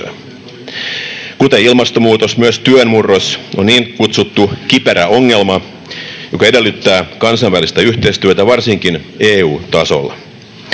Kuten ilmastonmuutos, myös työn murros on niin kutsuttu kiperä ongelma, joka edellyttää kansainvälistä yhteistyötä varsinkin EU-tasolla.